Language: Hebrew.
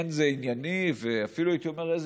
אין זה ענייני ואפילו הייתי אומר אין זה